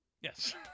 Yes